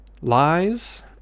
lies